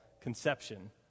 conception